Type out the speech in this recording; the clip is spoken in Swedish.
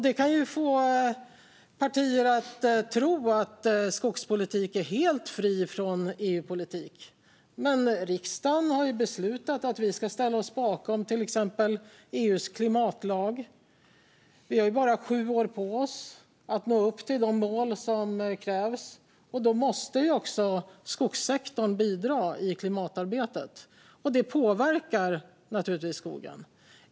Det kan ju få partier att tro att skogspolitik är helt fri från EU-politik. Men riksdagen har ju beslutat att vi ska ställa oss bakom till exempel EU:s klimatlag. Vi har bara sju år på oss att nå upp till de mål som krävs. Då måste också skogssektorn bidra i klimatarbetet, och det påverkar naturligtvis skogen.